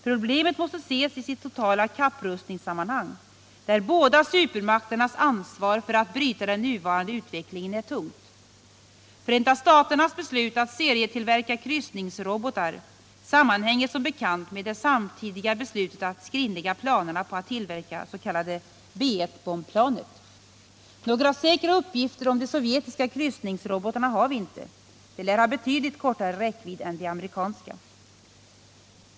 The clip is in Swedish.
Problemet måste ses i sitt totala kapprustningssammanhang, där båda supermakternas ansvar för att bryta den nuvarande utvecklingen är tungt. Förenta staternas beslut att serietillverka kryssningsrobotar sammanhänger som bekant med det samtidiga beslutet att skrinlägga planerna på att tillverka det s.k. B 1-bombplanet. Några säkra uppgifter om de sovjetiska kryssningsrobotarna har vi inte. De lär ha betydligt kortare räckvidd än de amerikanska.